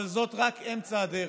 אבל זה רק אמצע הדרך.